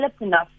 enough